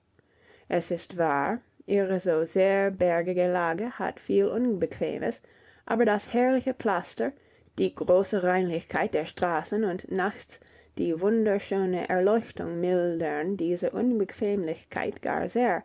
es ist wahr ihre so sehr bergige lage hat viel unbequemes aber das herrliche pflaster die große reinlichkeit der straßen und nachts die wunderschöne erleuchtung mildern diese unbequemlichkeit gar sehr